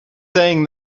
saying